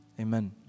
Amen